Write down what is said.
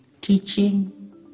teaching